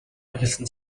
эхэлсэн